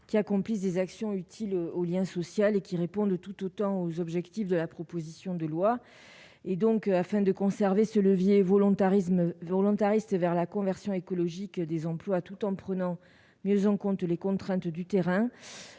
qui accomplissent des actions utiles au lien social et qui répondent tout tout temps aux objectifs de la proposition de loi et donc afin de conserver ce levier volontarisme volontariste vers la conversion écologique des emplois tout en prenant mieux en compte les contraintes du terrain,